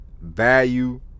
value